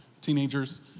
Teenagers